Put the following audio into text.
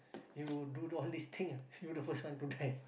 you do all this thing ah you the first one to die